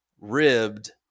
ribbed